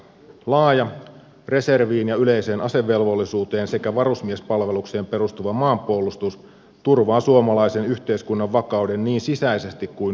laaja reserviin ja yleiseen asevelvollisuuteen sekä varusmiespalvelukseen perustuva maanpuolustus turvaa suomalaisen yhteiskunnan vakauden niin sisäisesti kuin ulkoisestikin